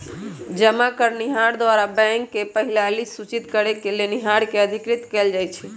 जमा करनिहार द्वारा बैंक के पहिलहि सूचित करेके लेनिहार के अधिकृत कएल जाइ छइ